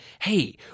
Hey